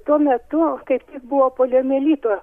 tuo metu kaip tik buvo poliomielito